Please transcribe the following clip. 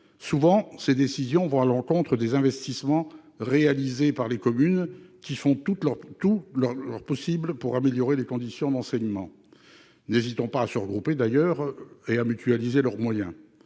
Souvent, ces décisions vont à l'encontre des investissements réalisés par les communes qui font tout leur possible pour améliorer les conditions d'enseignement, n'hésitant pas à se regrouper et à mutualiser leurs moyens.